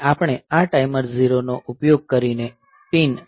અને આપણે આ ટાઈમર 0 નો ઉપયોગ કરીને પીન 1